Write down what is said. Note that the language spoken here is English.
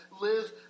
live